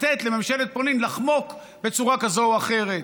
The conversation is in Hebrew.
לתת לממשלת פולין לחמוק בצורה כזאת או אחרת,